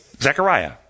Zechariah